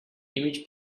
image